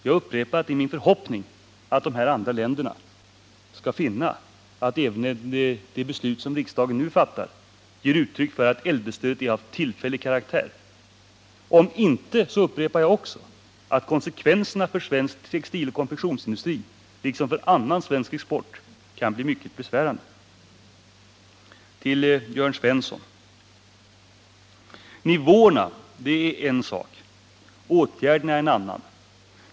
Jag upprepar att det är min förhoppning att de andra länderna skall finna att även det beslut som riksdagen nu går att fatta ger uttryck för att äldrestödet är av tillfällig karaktär. Om inte — och det upprepar jag också — kan konsekvenserna för svensk textiloch konfektionsindustri, liksom för annan svensk export, bli mycket besvärande. Till Jörn Svensson: Nivåerna är en sak, åtgärderna är en annan.